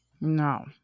no